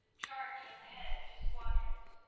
charged at the head of his squadrons,